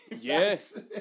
Yes